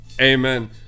amen